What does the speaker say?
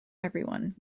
everyone